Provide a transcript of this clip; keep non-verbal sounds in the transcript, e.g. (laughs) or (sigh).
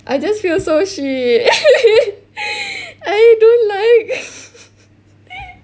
I just feel so shit (laughs) I don't like (laughs)